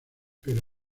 pero